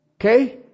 Okay